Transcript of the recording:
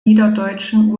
niederdeutschen